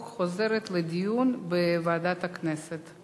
2012, לוועדת הכנסת נתקבלה.